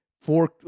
four